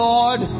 Lord